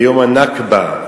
ב"יום הנכבה".